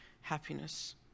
happiness